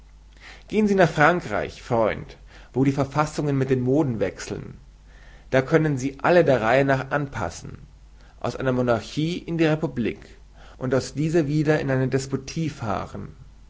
gehen sie nach frankreich freund wo die verfassungen mit den moden wechseln da können sie alle der reihe nach anpassen aus einer monarchie in die republik und aus dieser wieder in eine despotie fahren